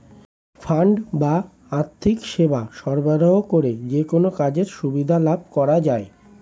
fund বা আর্থিক সেবা সরবরাহ করে যেকোনো কাজের সুবিধা লাভ করা যায়